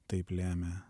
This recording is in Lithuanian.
taip lemia